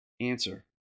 answer